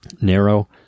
narrow